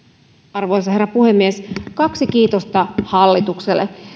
arvoisa herra puhemies kaksi kiitosta hallitukselle